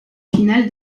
finale